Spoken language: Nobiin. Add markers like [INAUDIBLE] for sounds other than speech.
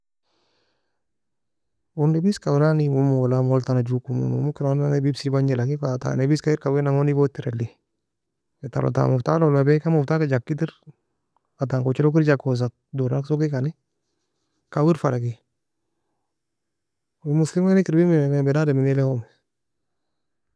[NOISE] uu nebizka wala neikomo wala mole tana jokom uu mumkina uu nanne pepsi bagni لكن fa ta nebizka hikir kawinan gon eagotirely, taron ta muftah lolabiya ikan muftahka jakka idir ghatan kochil okir jakosa dorak soky kani kawir fala ki. Owen muslimaenka erbiare? Mena in beniadi ele homi?